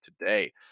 today